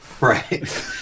Right